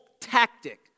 tactic